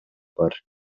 бар